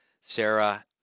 Sarah